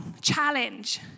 challenge